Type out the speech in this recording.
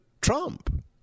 Trump